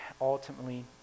ultimately